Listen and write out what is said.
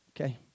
Okay